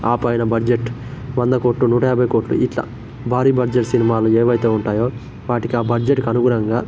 ఆ పైన బడ్జెట్ వంద కోట్లు నూట యాభై కోట్లు ఇట్ల భారీ బడ్జెట్ సినిమాలు ఏవయితే ఉంటయో వాటికి ఆ బడ్జెట్కనుగుణంగా